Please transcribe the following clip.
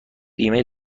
بیمه